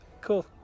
Cool